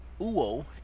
Uo